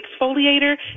exfoliator